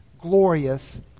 glorious